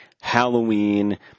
Halloween